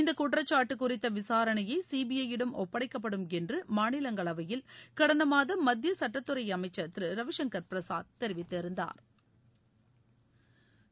இந்தகுற்றசாட்டுகுறித்தவிசாரணையைசிபிஐயிடம் ஒப்படைக்கப்படும் என்றுமாநிலங்களவையில் கடந்தமாதம் மத்தியசுட்டத்துறைஅமைச்சா் திருரவிசங்கா் பிரசாத் தெரிவித்திருந்தாா்